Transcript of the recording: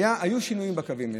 היו שינויים בקווים.